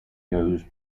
goes